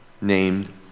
named